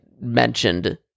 mentioned